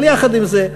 אבל יחד עם זה,